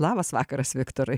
labas vakaras viktorai